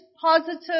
positive